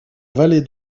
vallée